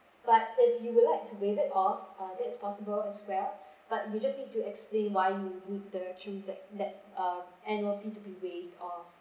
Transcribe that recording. but if you would like to waive that off uh that's possible as well but you just need to explain why you need the transac~ that that uh annual fee to be waived off